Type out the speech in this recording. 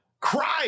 crime